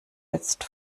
jetzt